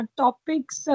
topics